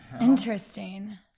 interesting